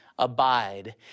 abide